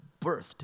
birthed